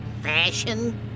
fashion